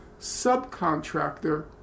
subcontractor